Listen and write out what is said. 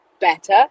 better